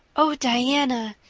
oh, diana,